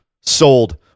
sold